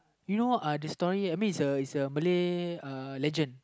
you know uh the story I mean it's a it's a Malayuhlegend